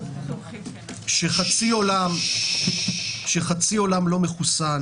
שחצי עולם לא מחוסן